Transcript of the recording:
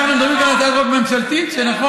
אנחנו דנים בהצעת חוק ממשלתית, זה נכון.